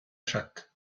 chatte